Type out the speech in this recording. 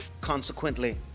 Consequently